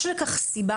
יש לכך סיבה?